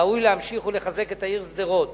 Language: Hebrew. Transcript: ראוי להמשיך ולחזק את העיר שדרות